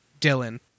Dylan